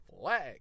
Flag